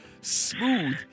Smooth